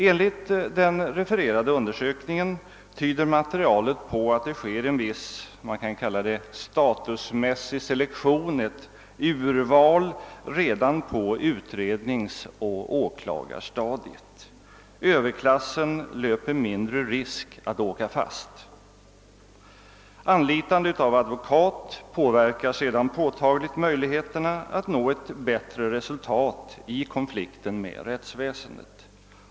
Enligt den refererade undersökningen tydde materialet på att det sker en viss statusmässig selektion — alltså ett urval — redan på utredningsoch åklagarstadiet. Överklassen löper mindre risk att åka fast. Anlitande av advokat påverkar sedan påtagligt möjligheterna att nå ett bättre resultat i konflikter med rättsväsendet.